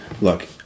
Look